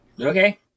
Okay